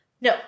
no